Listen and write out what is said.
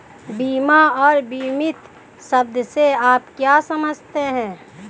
बीमा और बीमित शब्द से आप क्या समझते हैं?